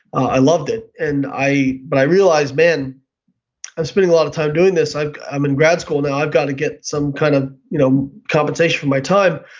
i loved it, and but i realized, man, i'm spending a lot of time doing this. i'm i'm in grad school now, i've got to get some kind of you know compensation for my time.